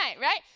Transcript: right